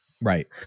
Right